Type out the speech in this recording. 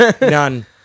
None